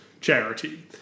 charity